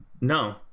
No